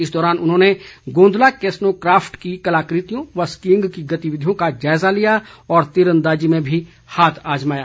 इस दौरान उन्होंने गोंदला केस्नो क्रा पट की कलाकृतियों व स्कीईंग की गतिविधियों का जायज़ा लिया और तीरंदाजी में भी हाथ आज़माया